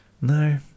No